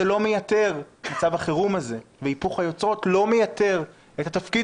אבל מצב החרום והיפוך היוצרות לא מייתר את התפקיד